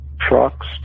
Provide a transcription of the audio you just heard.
trucks